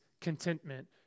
contentment